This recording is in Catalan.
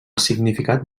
significat